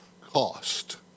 cost